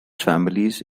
families